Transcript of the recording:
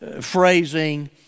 phrasing